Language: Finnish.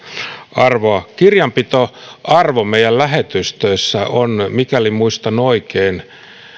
arvoa kirjanpitoarvo meidän lähetystöissä on mikäli muistan oikein